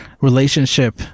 relationship